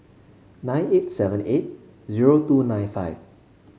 nine eight seven eight zero two nine five